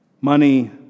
money